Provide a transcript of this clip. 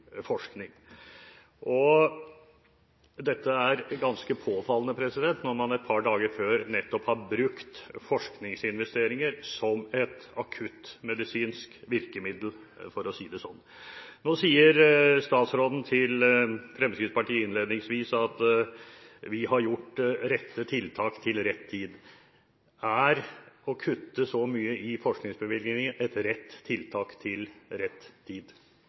Dette er ganske påfallende når man et par dager før nettopp har brukt forskningsinvesteringer som et akuttmedisinsk virkemiddel – for å si det sånn. Nå sier statsråden til Fremskrittspartiet innledningsvis at de har gjort rett tiltak til rett tid. Er det å kutte så mye i forskningsbevilgningene rett tiltak til rett tid?